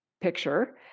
picture